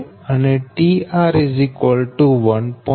0172 112 1